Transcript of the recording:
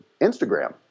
Instagram